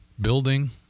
building